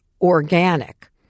organic